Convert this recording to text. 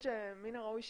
מן הראוי,